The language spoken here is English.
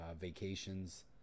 vacations